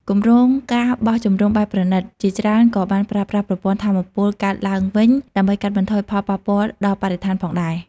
គម្រោង ការបោះជំរំបែបប្រណីត ជាច្រើនក៏បានប្រើប្រាស់ប្រព័ន្ធថាមពលកកើតឡើងវិញ ដើម្បីកាត់បន្ថយផលប៉ះពាល់ដល់បរិស្ថានផងដែរ។